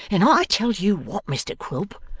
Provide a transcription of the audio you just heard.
and i tell you what, mr quilp,